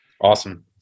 Awesome